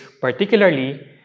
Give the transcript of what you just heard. particularly